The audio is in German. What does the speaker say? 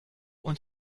und